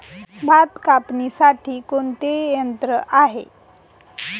भात कापणीसाठी कोणते यंत्र आहे?